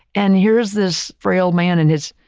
and here's this frail man and his,